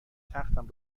تختم